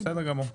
בסדר גמור.